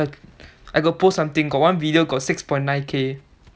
I got post something got one video got six point nine K